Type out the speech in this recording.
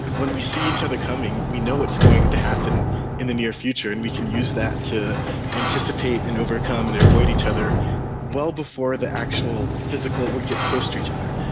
when we see each other coming, we know what's going to happen in the near future and you can use that to anticipate and overcome and and avoid each other well before the actual physical, we get close to each other.